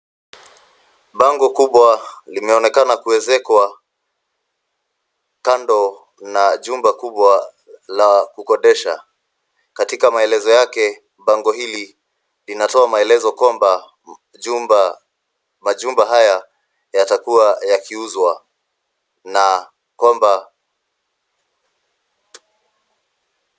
Bango kubwa limeonekana kuezekwa kando na jumba kubwa la kukodesha. Katika maelezo yake bango hili linatoa maelezo kwamba majumba haya yatakuwa yakiuzwa na kwamba.